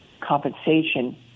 compensation